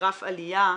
גרף עלייה,